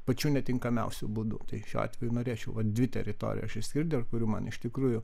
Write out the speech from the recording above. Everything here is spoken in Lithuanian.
pačiu netinkamiausiu būdu tai šiuo atveju norėčiau vat dvi teritorijos ir dėl kurių man iš tikrųjų